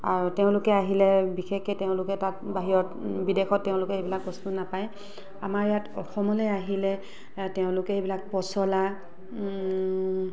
আৰু তেওঁলোকে আহিলে বিশেষকৈ তেওঁলোকে তাত বাহিৰত বিদেশত তেওঁলোকে এইবিলাক বস্তু নাপাই আমাৰ ইয়াত অসমলৈ আহিলে তেওঁলোকে এইবিলাক পচলা